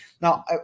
Now